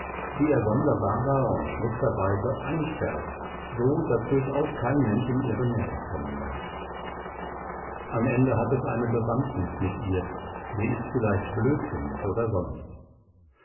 die er sonderbarer und schlechter weise einsperrt so daß durchaus kein mensch in ihre nähe kommen darf am ende hat es eine bewandtnis mit ihr sie ist vielleicht blödsinnig oder sonst